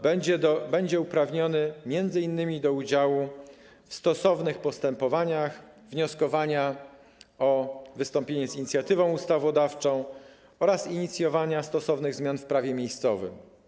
Będzie uprawniony m.in. do udziału w stosownych postępowaniach wnioskowania o wystąpienie z inicjatywą ustawodawczą oraz inicjowania stosownych zmian w prawie miejscowym.